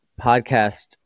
podcast